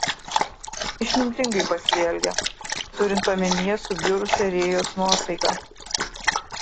išmintingai pasielgė turint omenyje subjurusią rėjos nuotaiką